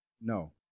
No